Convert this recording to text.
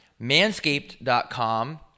Manscaped.com